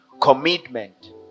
commitment